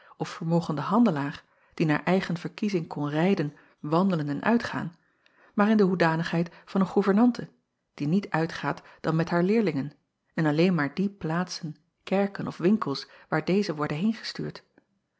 of vermogenden handelaar die naar eigen verkiezing kon rijden wandelen en uitgaan maar in de hoedanigheid van een goevernante die niet uitgaat dan met haar leerlingen en alleen naar die plaatsen kerken of winkels waar deze worden heengestuurd